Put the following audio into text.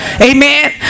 Amen